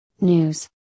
News